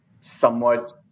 somewhat